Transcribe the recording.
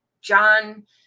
John